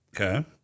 Okay